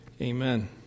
Amen